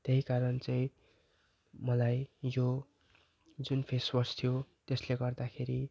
त्यहीकारण चाहिँ मलाई यो जुन फेसवास थियो त्यसले गर्दाखेरि